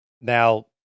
Now